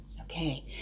Okay